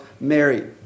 Mary